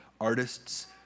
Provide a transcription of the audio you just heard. Artists